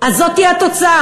אז זוהי התוצאה,